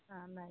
ആ എന്നാല്